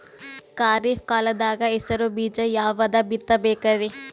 ಖರೀಪ್ ಕಾಲದಾಗ ಹೆಸರು ಬೀಜ ಯಾವದು ಬಿತ್ ಬೇಕರಿ?